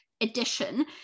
edition